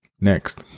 Next